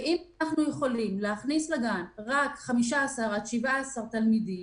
אם אנחנו יכולים להכניס לגן רק 15 עד 17 תלמידים,